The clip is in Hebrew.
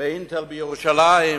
מול "אינטל" בירושלים,